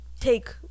take